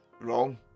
wrong